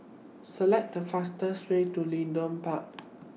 Select The fastest Way to Leedon Park